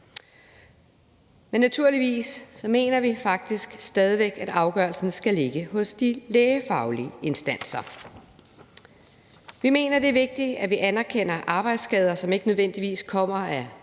men naturligvis mener vi stadig væk, at afgørelsen skal ligge hos de lægefaglige instanser. Vi mener, at det er vigtigt, at vi anerkender arbejdsskader, som ikke nødvendigvis kommer af hårdt